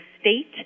state